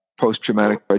post-traumatic